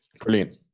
Brilliant